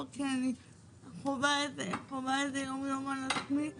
כי אני חווה את זה בכל יום על עצמי.